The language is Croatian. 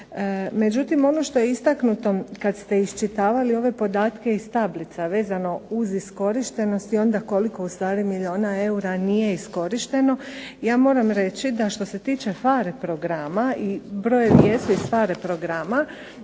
Međutim, ono što je istaknuto kad ste iščitavali ove podatke iz tablica vezano uz iskorištenost i onda koliko u stvari milijuna eura nije iskorišteno. Ja moram reći da što se tiče PHARE programa i .../Govornica se